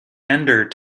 ender